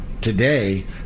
today